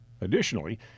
Additionally